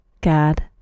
God